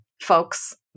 folks